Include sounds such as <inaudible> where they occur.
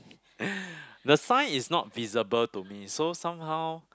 <breath> the sign is not visible to me so somehow